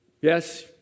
Yes